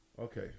Okay